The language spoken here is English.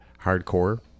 hardcore